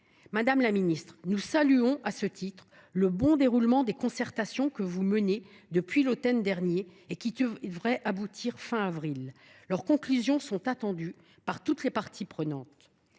Madame la ministre, nous saluons à cet égard le bon déroulement des concertations que vous menez depuis l’automne dernier et qui devraient aboutir à la fin du mois d’avril. Leurs conclusions sont attendues par toutes les parties prenantes.